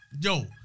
Yo